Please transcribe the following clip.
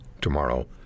tomorrow